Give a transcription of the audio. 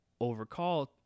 overcall